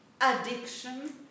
addiction